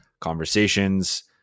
conversations